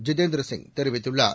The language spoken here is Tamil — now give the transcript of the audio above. ஜிதேந்திர சிங் தெரிவித்துள்ளார்